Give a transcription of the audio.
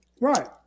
Right